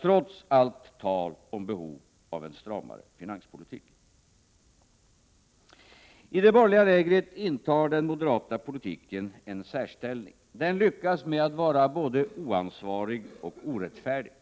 trots allt tal om behovet av en stramare finanspolitik. I det borgerliga lägret intar den moderata politiken en särställning. Den lyckas med att vara både oansvarig och orättfärdig.